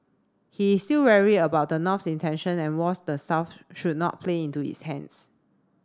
he is still wary about the north's intention and warns the south should not play into its hands